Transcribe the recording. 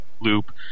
loop